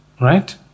Right